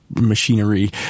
machinery